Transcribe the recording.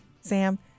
Sam